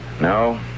No